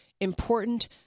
Important